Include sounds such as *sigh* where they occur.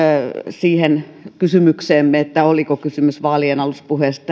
siihen kysymykseemme että oliko kysymys vaalienaluspuheesta *unintelligible*